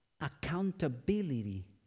accountability